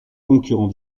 concurrent